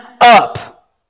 up